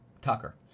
Tucker